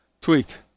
Tweet